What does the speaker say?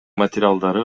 материалдары